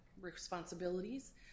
responsibilities